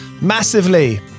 massively